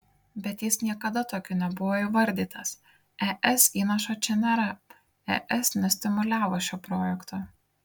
bet jis niekada tokiu nebuvo įvardytas es įnašo čia nėra es nestimuliavo šio projekto